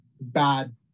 bad